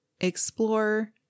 explore